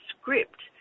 script